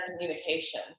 communication